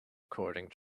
according